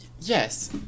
yes